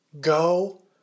Go